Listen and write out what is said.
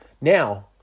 Now